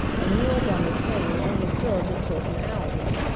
and meals on the train are only served at certain hours.